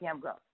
growth